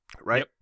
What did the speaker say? Right